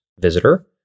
visitor